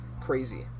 crazy